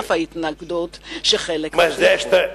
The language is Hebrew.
וזה על אף ההתנגדות שחלק הציגו.